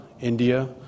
India